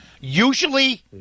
usually